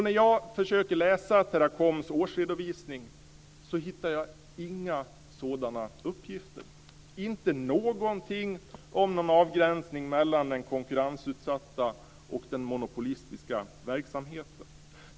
När jag försöker läsa Teracoms årsredovisning hittar jag inga sådana uppgifter - inte någonting om någon avgränsning mellan den konkurrensutsatta och den monopolistiska verksamheten.